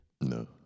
No